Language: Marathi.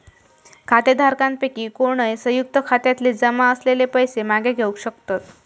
खातेधारकांपैकी कोणय, संयुक्त खात्यातले जमा असलेले पैशे मागे घेवक शकतत